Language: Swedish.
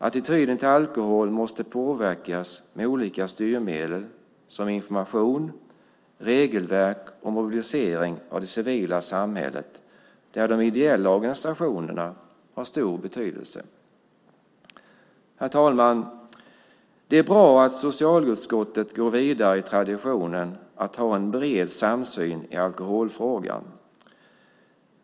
Attityden till alkohol måste påverkas med olika styrmedel som information, regelverk och mobilisering av det civila samhället, där de ideella organisationerna har stor betydelse. Herr talman! Det är bra att socialutskottet går vidare i traditionen att ha en bred samsyn i alkoholfrågan.